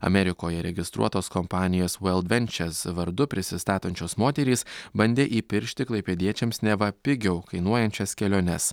amerikoje registruotos kompanijos vaildvenčes vardu prisistatančios moterys bandė įpiršti klaipėdiečiams neva pigiau kainuojančias keliones